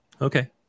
Okay